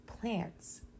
plants